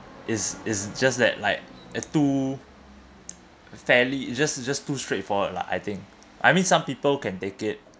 is is just that like it too fairly it just it just too straightforward lah I think I mean some people can take it